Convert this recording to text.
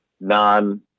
non